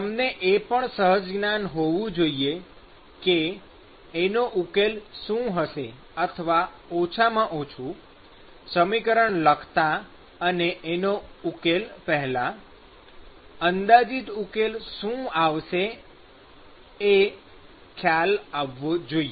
તમને એ પણ સહજ જ્ઞાન હોવું જોઈએ કે એનો ઉકેલ શું હશે અથવા ઓછામાં ઓછું સમીકરણ લખતા અને એના ઉકેલ પેહલા અંદાજિત ઉકેલ શું આવશે એ ખ્યાલ આવવો જોઈએ